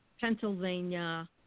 Pennsylvania